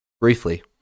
Briefly